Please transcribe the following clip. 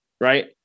right